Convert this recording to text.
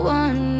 one